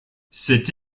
cette